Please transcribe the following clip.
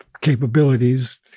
capabilities